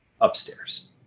upstairs